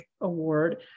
Award